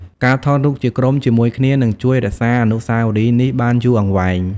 ការថតរូបជាក្រុមជាមួយគ្នានឹងជួយរក្សាអនុស្សាវរីយ៍នេះបានយូរអង្វែង។